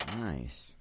Nice